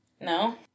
No